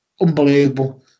unbelievable